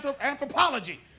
anthropology